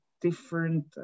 different